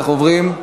אנחנו עוברים,